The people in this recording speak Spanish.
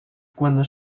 cuando